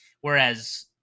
Whereas